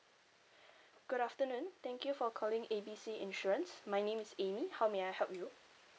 good afternoon thank you for calling A B C insurance my name is amy how may I help you